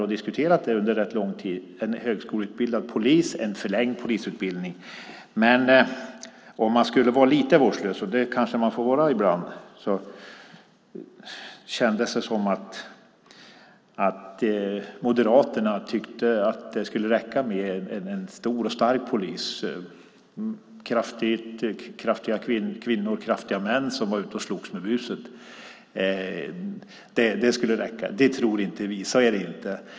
Vi hade under lång tid diskuterat frågan om en högskoleutbildad polis och om en förlängd polisutbildning. Om jag ska vara lite vårdslös, vilket man kanske får vara ibland, kändes det som om Moderaterna tyckte att det skulle räcka med stora och starka poliser - kraftiga kvinnor och män som är ute och slåss med buset. Det tror inte vi. Så är det inte.